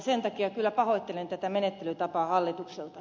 sen takia kyllä pahoittelen tätä menettelytapaa hallitukselta